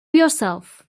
yourself